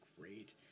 great